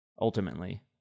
ultimately